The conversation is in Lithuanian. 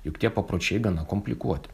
juk tie papročiai gana komplikuoti